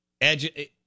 edge